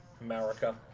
America